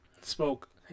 spoke